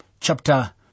chapter